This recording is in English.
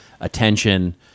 attention